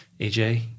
AJ